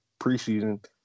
preseason